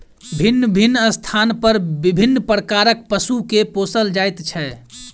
भिन्न भिन्न स्थान पर विभिन्न प्रकारक पशु के पोसल जाइत छै